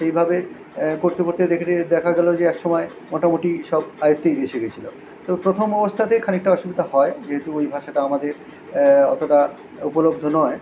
এইভাবে করতে করতে দেখি দেখা গেলো যে এক সময় মোটামুটি সব আয়ত্তেই এসে গিয়েছিল তো প্রথম অবস্থাতে খানিকটা অসুবিধা হয় যেহেতু ওই ভাষাটা আমাদের অতটা উপলব্ধ নয়